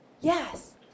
Yes